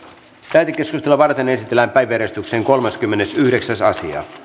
lähetekeskustelua varten esitellään päiväjärjestyksen kolmaskymmenesyhdeksäs asia